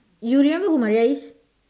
you remember who Maria is